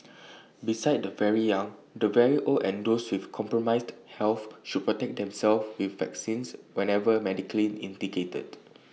besides the very young the very old and those with compromised health should protect themselves with vaccines whenever medically indicated